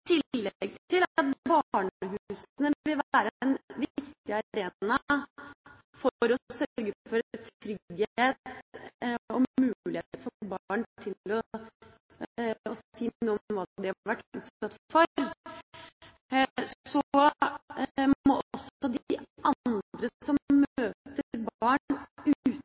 at barnehusene vil være en viktig arena for å sørge for trygghet og mulighet for barn til å si noe om hva de har vært utsatt for, må også de andre som